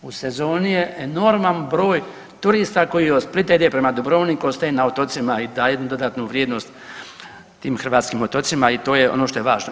U sezoni je enorman broj turista koji od Splitu idu prema Dubrovniku i ostaju na otocima i daju jednu dodatnu vrijednost tim hrvatskim otocima i to je ono što je važno.